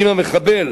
אם המחבל